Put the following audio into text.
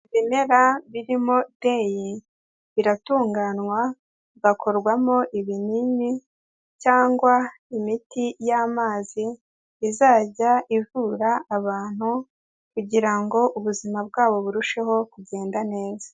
Ibimera birimo deyi biratunganywa, bigakorwamo ibinini, cyangwa imiti y'amazi, izajya ivura abantu, kugira ngo ubuzima bwabo burusheho kugenda neza.